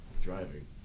Driving